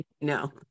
No